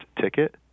ticket